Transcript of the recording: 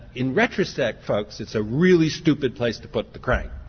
in retrospect folks it's a really stupid place to put the crank,